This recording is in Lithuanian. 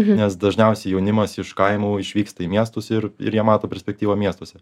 nes dažniausiai jaunimas iš kaimo išvyksta į miestus ir ir jie mato perspektyvą miestuose